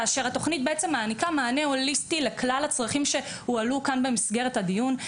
כאשר התוכנית מעניקה מענה הוליסטי לכלל הצרכים שהועלו כאן בדיון.